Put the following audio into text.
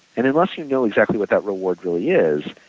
and unless you know exactly what that reward really is,